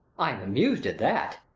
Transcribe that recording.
i am amused at that!